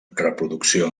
reproducció